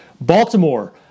Baltimore